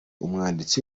umwanditsi